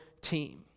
team